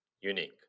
unique